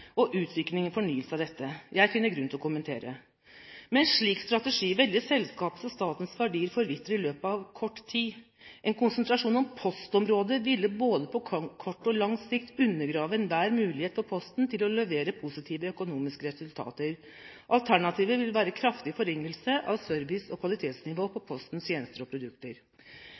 og utvikling og fornyelse av dette. Jeg finner grunn til å kommentere at med en slik strategi ville selskapets og statens verdier forvitre i løpet av kort tid. En konsentrasjon om postområdet ville både på kort og lang sikt undergrave enhver mulighet for Posten til å levere positive økonomiske resultater. Alternativet vil være en kraftig forringelse av service- og kvalitetsnivået på Postens tjenester og produkter.